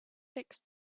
fixed